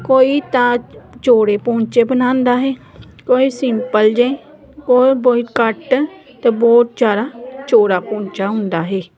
ਕੋਈ ਤਾਂ ਚੌੜੇ ਪੌਂਚੇ ਬਣਾਉਂਦਾ ਹੈ ਕੋਈ ਸਿੰਪਲ ਜਿਹੇ ਕੋਈ ਬਹੁਤ ਘੱਟ ਅਤੇ ਬਹੁਤ ਜ਼ਿਆਦਾ ਚੌੜਾ ਪੌਂਚਾ ਹੁੰਦਾ ਹੈ